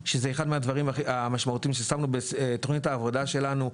שזה אחד מהדברים המשמעותיים ששמנו בתכנית העבודה שלנו.